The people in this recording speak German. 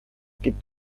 gibt